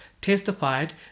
testified